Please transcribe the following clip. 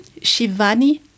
Shivani